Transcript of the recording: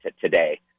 today